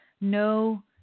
no